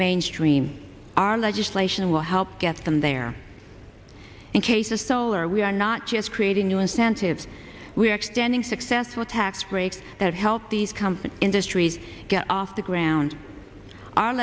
mainstream our legislation will help get them there in case of solar we are not just creating new incentives we are extending successful tax breaks that help these company industries get off the ground our